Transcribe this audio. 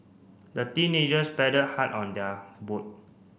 the teenagers paddled hard on their boat